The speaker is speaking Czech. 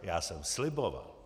Já jsem sliboval.